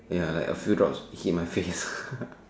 ya like a few drops hit my face lah